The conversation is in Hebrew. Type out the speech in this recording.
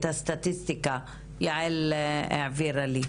הסטטיסטיקה, יעל העבירה לי.